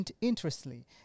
interestingly